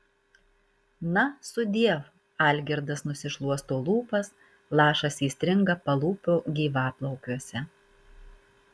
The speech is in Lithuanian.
na sudiev algirdas nusišluosto lūpas lašas įstringa palūpio gyvaplaukiuose